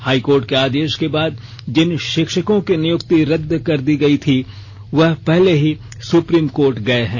high court के आदेश के बाद जिन शिक्षकों की नियुक्ति रद्द की गयी है वह पहले ही सुप्रीम कोर्ट गए हैं